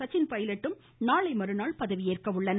சச்சின் பைலட்டும் நாளை மறுநாள் பதவி ஏற்க உள்ளனர்